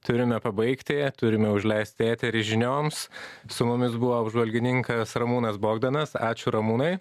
turime pabaigti turime užleisti eterį žinioms su mumis buvo apžvalgininkas ramūnas bogdanas ačiū ramūnai